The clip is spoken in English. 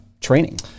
training